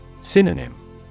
Synonym